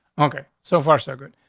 okay, so far, so good.